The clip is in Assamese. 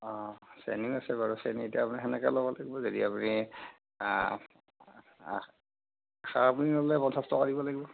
অ চেনীও আছে বাৰু চেনী এতিয়া আপোনাৰ সেনেকৈ ল'ব লাগিব যদি আপুনি পঞ্চাছ টকা দিব লাগিব